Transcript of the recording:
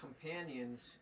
companions